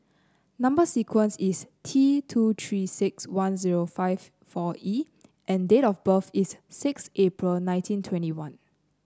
number sequence is T two Three six one zero five four E and date of birth is six April nineteen twenty one